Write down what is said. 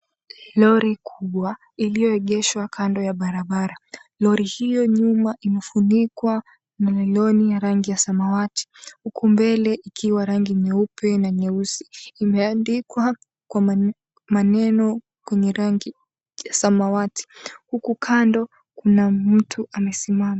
Lori kubwa iliyoegeshwa kando ya barabara. Lori hiyo nyuma imefunikwa na ya loni samawati, uku mbele ikiwa rangi nyeupe na nyeusi. Imeandikwa kwa maneno kwenye rangi ya samawati huku kando kuna mtu amesimama.